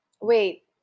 wait